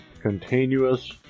continuous